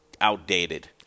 outdated